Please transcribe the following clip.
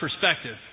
perspective